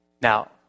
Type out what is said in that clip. Now